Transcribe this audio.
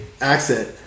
accent